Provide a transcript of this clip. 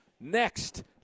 next